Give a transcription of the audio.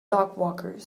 dogwalkers